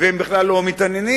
והם בכלל לא מתעניינים.